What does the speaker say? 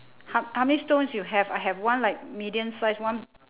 ho~ how many stones you have I have one like medium size one